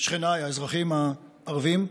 שכניי האזרחים הערבים,